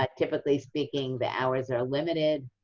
ah typically speaking, the hours are limited,